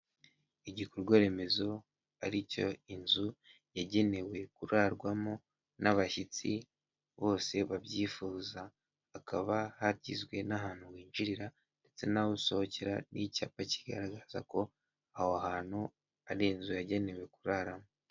Igikorwa remezo ari cyo inzu yagenewe kurarwamo n'abashyitsi bose babyifuza hakaba hagizwe n'ahantu winjirira ndetse n'aho usohokera n'icyapa kigaragaza ko aho hantu ari inzu yagenewe kuraramo.